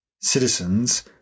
citizens